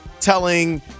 telling